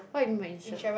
what you mean by insured